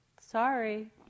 sorry